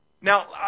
Now